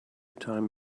time